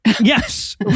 Yes